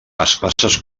espases